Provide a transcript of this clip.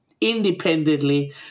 independently